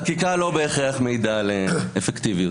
חקיקה לא בהכרח מעידה על אפקטיביות.